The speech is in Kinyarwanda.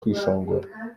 kwishongora